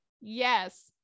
yes